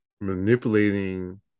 manipulating